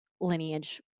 lineage